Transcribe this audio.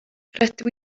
rydw